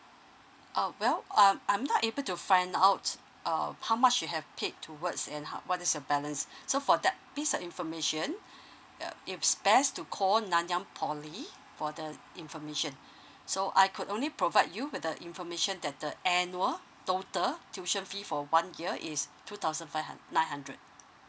oh well um I'm not able to find out um how much you have paid towards and how what is your balance so for that piece of information uh it's best to call nanyang poly for the information so I could only provide you with the information that the annual total tuition fee for one year is two thousand five hun~ nine hundred